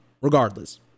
regardless